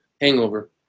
hangover